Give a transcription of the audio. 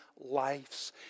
lives